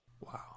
Wow